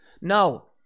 No